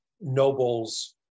nobles